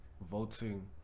voting